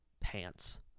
pants